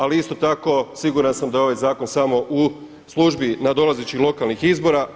Ali isto tako siguran sam da je ovaj zakon samo u službi nadolazećih lokalnih izbora.